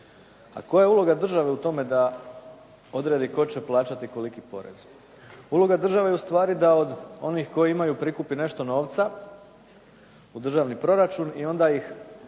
A koja je uloga države u tome da odredi tko će plaćati koliko porez? Uloga države je ustvari da od onih koji imaju prikupi nešto novca u državni proračun i onda ih